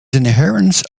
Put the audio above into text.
inheritance